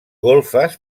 golfes